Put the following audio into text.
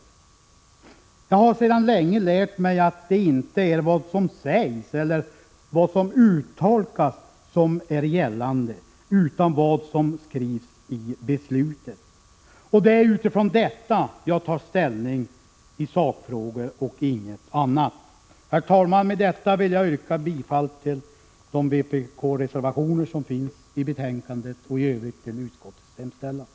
Jag har sedan länge lärt mig att det inte är vad som sägs eller vad som uttolkas som är gällande utan vad som skrivs i beslutet. Det är utifrån detta jag tar ställning i sakfrågor och ingenting annat. Herr talman! Med detta vill jag yrka bifall till de vpk-reservationer som finns i betänkandet och i övrigt till utskottets hemställan.